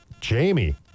Jamie